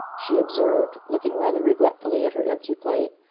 she observed, looking rather regretfully at her empty plate.